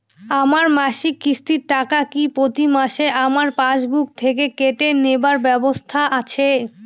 আমার মাসিক কিস্তির টাকা কি প্রতিমাসে আমার পাসবুক থেকে কেটে নেবার ব্যবস্থা আছে?